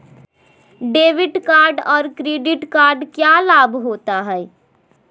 Debit card और credit card क्या लाभ होता है?